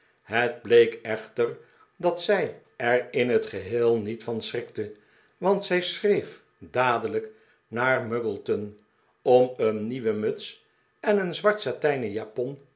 het bleek echter dat zij er in t geheel niet van schrikte want zij schreef dadelfjk naar muggleton om een nieuwe muts en een zwart satijnen japon